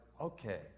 okay